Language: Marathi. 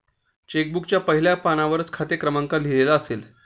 चेक बुकच्या पहिल्या पानावरच खाते क्रमांक लिहिलेला असेल